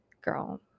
Girl